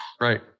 Right